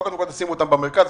לא שקודם תשימו את המכשירים במרכז,